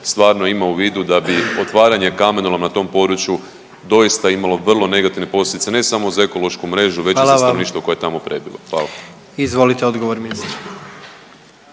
stvarno ima u vidu da bi otvaranje kamenoloma na tom području doista imalo vrlo negativne posljedice ne samo za ekološku mrežu već i za stanovništvo koje tamo prebiva. Hvala. **Jandroković, Gordan